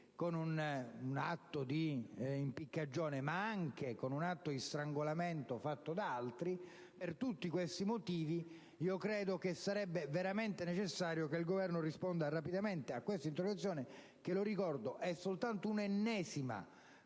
con un atto di impiccagione, ma anche con un atto di strangolamento compiuto da altri. Per tutti questi motivi, sarebbe veramente necessario che il Governo risponda rapidamente a questa interrogazione che - lo ricordo - è soltanto l'ennesima,